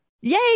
Yay